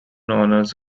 honours